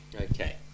okay